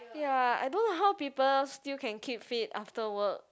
ya I don't know how people still can keep fit after work